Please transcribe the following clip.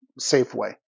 Safeway